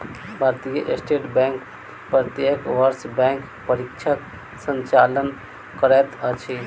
भारतीय state bank प्रत्येक वर्ष बैंक परीक्षाक संचालन करैत अछि